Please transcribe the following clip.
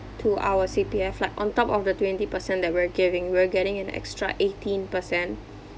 to our C_P_F like on top of the twenty percent that we're giving we're getting an extra eighteen percent